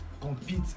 compete